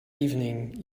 evening